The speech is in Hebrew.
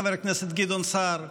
חבר הכנסת גדעון סער?